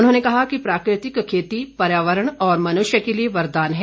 उन्होंने कहा कि प्राकृतिक खेती पर्यावरण और मनुष्य के लिए वरदान है